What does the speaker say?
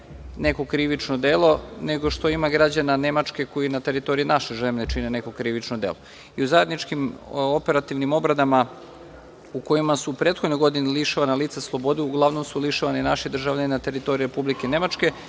neko krivično delo, nego što ima građana Nemačke koji na teritoriji naše zemlje čine neko krivično delo. I u zajedničkim operativnim obradama, u kojima su godine lišila slobode, uglavnom su lišavani naši državljani na teritoriji Republike Nemačke,